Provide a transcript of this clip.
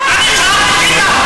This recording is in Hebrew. לא יכול לעשות את זה,